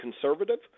conservative